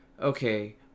okay